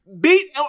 Beat